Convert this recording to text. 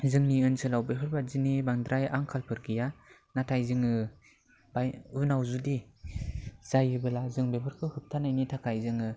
जोंनि ओनसोलाव बेफोरबायदिनि बांद्राय आंखालफोर गैया नाथाय जोङो उनाव जुदि जायोब्ला जों बेफोरखौ होबथानायनि थाखाय जोङो